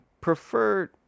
prefer